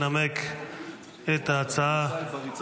בריצה.